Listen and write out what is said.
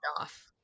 off